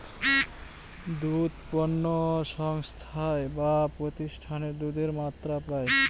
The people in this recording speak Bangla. দুধ পণ্য সংস্থায় বা প্রতিষ্ঠানে দুধের মাত্রা পায়